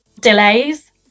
delays